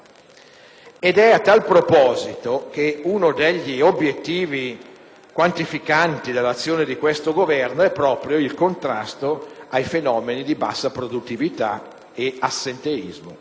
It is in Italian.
Ed è a tal proposito che uno degli obiettivi qualificanti dell'azione di questo Governo è proprio il contrasto ai fenomeni di bassa produttività ed assenteismo.